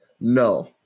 No